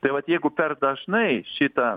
tai vat jeigu per dažnai šitą